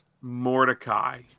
Mordecai